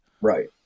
Right